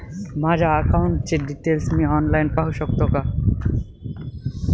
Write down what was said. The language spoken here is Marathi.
माझ्या अकाउंटचे डिटेल्स मी ऑनलाईन पाहू शकतो का?